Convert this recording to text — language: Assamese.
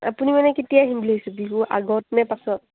আপুনি মানে কেতিয়া আহিম বুলি ভাবিছে বিহু আগত নে পাছত